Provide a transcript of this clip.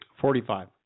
Forty-five